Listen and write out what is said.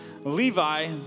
Levi